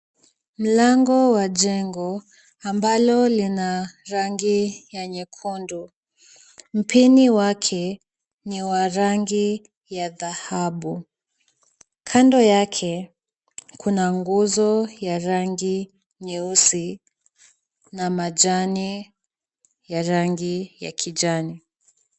Mlango wa jengo ambalo lina rangi ya nyekundu, mpini wake ni wa rangi ya dhahabu, kando yake kuna nguzo ya rangi nyeusi na majani ya rangi ya kijani.